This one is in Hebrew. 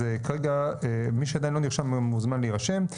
אז כרגע, מי שעדיין לא נרשם מוזמן להירשם.